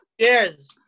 Cheers